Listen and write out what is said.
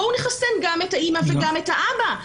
בואו נחסן גם אתה אימא וגם אתה אבא.